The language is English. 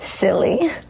Silly